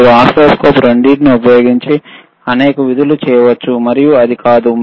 మీరు ఓసిల్లోస్కోప్ రెండింటినీ ఉపయోగించి అనేక విధులను చేయవచ్చు మరియు అది కాదు